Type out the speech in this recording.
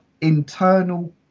internal